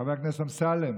חבר הכנסת אמסלם,